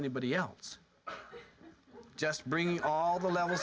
anybody else just bringing all the level